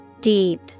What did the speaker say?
Deep